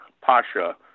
Pasha